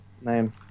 name